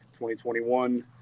2021